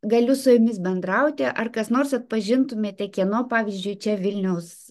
galiu su jumis bendrauti ar kas nors atpažintumėte kieno pavyzdžiui čia vilniaus